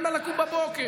אין מה לקום בבוקר.